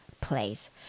place